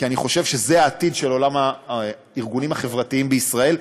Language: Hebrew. כי אני חושב שזה העתיד של עולם הארגונים החברתיים בישראל,